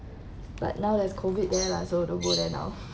but now there's COVID there lah so don't go there now